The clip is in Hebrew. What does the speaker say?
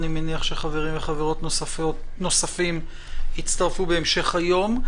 ואני מניח שחברים וחברות נוספים יצטרפו בהמשך היום.